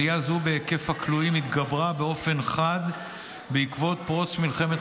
עלייה זו בהיקף הכלואים התגברה באופן חד בעקבות פרוץ מלחמת